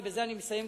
ובזה אני מסיים,